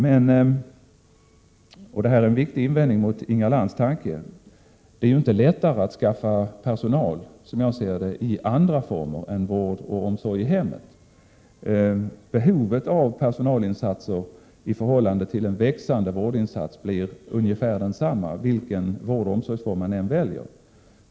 Men — och det är en viktig invändning mot Inga Lantz tanke — det är ju inte lättare att skaffa personal i andra vårdoch omsorgsformer än vård och omsorg i hemmet. Behovet av personalinsatser i förhållande till en växande vårdinsats blir ungefär detsamma, vilken vårdoch omsorgsform man än väljer.